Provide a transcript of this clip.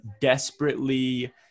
desperately